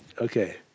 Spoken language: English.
Okay